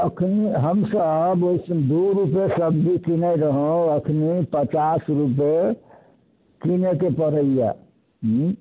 एखनी हमसभ ओइ दू रुपैये सब्जी किनै रहौं एखनी पचास रुपैये किनैके पड़ैए हूँ